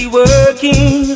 working